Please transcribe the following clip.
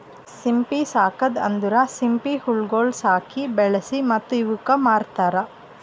ಸಿಂಪಿ ಸಾಕದ್ ಅಂದುರ್ ಸಿಂಪಿ ಹುಳಗೊಳ್ ಸಾಕಿ, ಬೆಳಿಸಿ ಮತ್ತ ಇವುಕ್ ಮಾರ್ತಾರ್